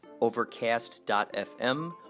Overcast.fm